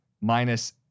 minus